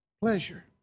Pleasure